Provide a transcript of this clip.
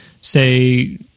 say